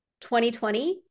2020